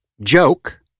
joke